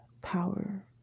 power